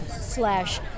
slash